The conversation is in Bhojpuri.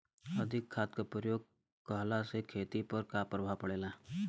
अधिक खाद क प्रयोग कहला से खेती पर का प्रभाव पड़ेला?